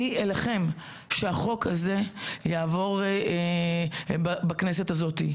אני אלחם שהחוק הזה יעבור בכנסת הזאת.